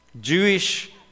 Jewish